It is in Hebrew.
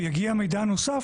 יגיע מידע נוסף,